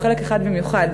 על חלק אחד במיוחד.